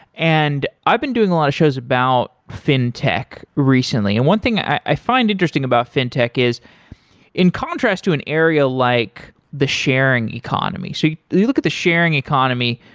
and i've been doing a lot of shows about fintech recently, and one thing i find interesting about fintech is in contrast to an area like the sharing economy. so if you look at the sharing economy,